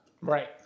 Right